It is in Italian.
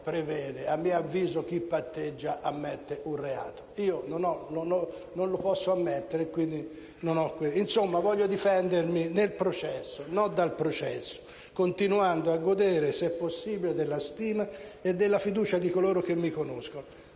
io non ho nulla da ammettere, per cui non posso patteggiare. Insomma, voglio difendermi nel processo, non dal processo, continuando a godere, se possibile, della stima e della fiducia di coloro che mi conoscono.